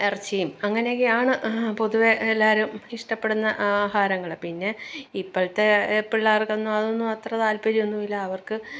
ഇറച്ചിയും അങ്ങനെയൊക്കെയാണ് പൊതുവേ എല്ലാവരും ഇഷ്ടപ്പെടുന്ന ആഹാരങ്ങൾ പിന്നെ ഇപ്പോഴത്തെ പിള്ളേര്ക്കൊന്നും അതൊന്നുമത്ര താത്പര്യമൊന്നുമല്ല അവര്ക്ക്